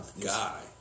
guy